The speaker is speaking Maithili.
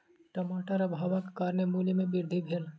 टमाटर अभावक कारणेँ मूल्य में वृद्धि भेल